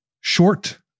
short